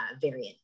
variant